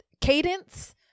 cadence